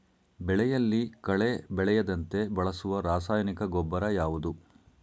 ಬೆಳೆಯಲ್ಲಿ ಕಳೆ ಬೆಳೆಯದಂತೆ ಬಳಸುವ ರಾಸಾಯನಿಕ ಗೊಬ್ಬರ ಯಾವುದು?